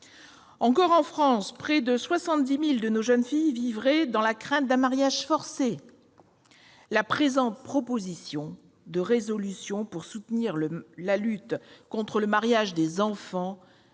Encore en France, près de 70 000 de nos jeunes filles vivraient dans la crainte d'un mariage forcé. La présente proposition de résolution pour soutenir la lutte contre le mariage des enfants,